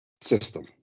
system